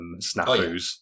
snafus